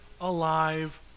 alive